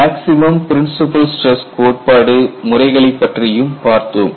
maximum principal stress கோட்பாடு முறைகளைப் பற்றியும் பார்த்தோம்